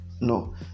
no